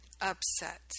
upset